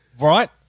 right